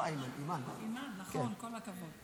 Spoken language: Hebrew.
לא איימן.